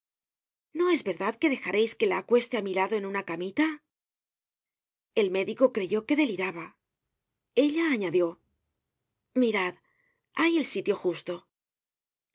no es verdad que dejareis que la acueste á mi lado en una camita el médico creyó que deliraba ella añadió mirad hay el sitio justo